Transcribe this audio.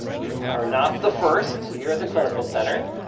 you are not the first here at the clinical center.